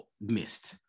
missed